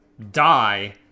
die